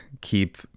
keep